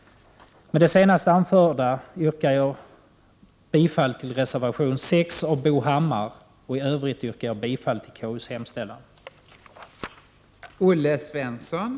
Med det senast anförda yrkar jag bifall till reservation 6 av Bo Hammar. I övrigt yrkar jag bifall till konstitutionsutskottets hemställan.